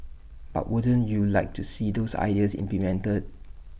but wouldn't you like to see those ideas implemented